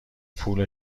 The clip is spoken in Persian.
پول